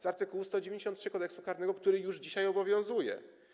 Z art. 193 Kodeksu karnego, który już dzisiaj obowiązuje.